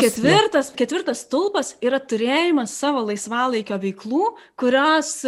ketvirtas ketvirtas stulpas yra turėjimas savo laisvalaikio veiklų kurios